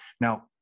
Now